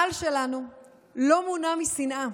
הקהל שלנו לא מונע משנאה.